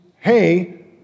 hey